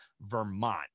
Vermont